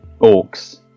orcs